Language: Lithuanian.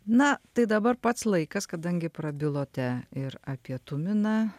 na tai dabar pats laikas kadangi prabilote ir apie tuminą